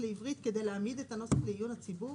לעברית כדי להעמיד את הנוסח לעיון הציבור,